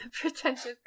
Pretentious